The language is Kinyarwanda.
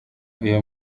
uyu